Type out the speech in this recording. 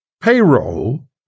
payroll